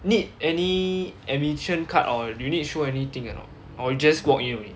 need any admission card or do you need show anything or not or you just walk in only